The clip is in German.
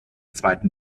zweiten